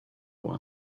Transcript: one